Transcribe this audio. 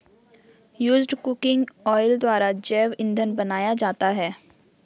used cooking oil द्वारा जैव इंधन बनाया जाता है